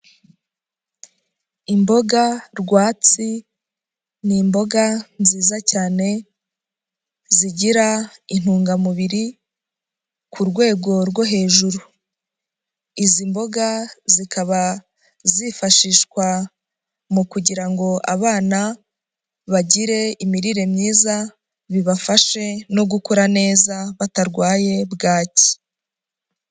Imboga rwatsi ni imboga nziza cyane zigira intungamubiri ku rwego rwo hejuru. Izi mboga zikaba zifashishwa mu kugira ngo abana bagire imirire myiza, bibafashe no gukura neza batarwaye bwaki.